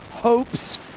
hopes